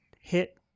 hit